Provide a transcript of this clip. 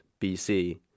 BC